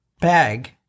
bag